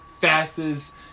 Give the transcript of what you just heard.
fastest